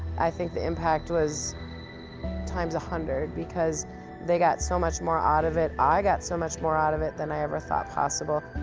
i think the impact was times a hundred, because they got so much more out of it, i got so much more out of it than i ever thought possible.